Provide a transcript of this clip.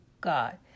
God